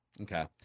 Okay